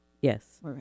Yes